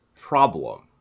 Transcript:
problem